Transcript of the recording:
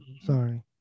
Sorry